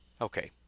okay